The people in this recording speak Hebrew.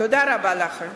תודה רבה לכם.